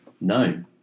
No